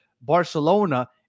Barcelona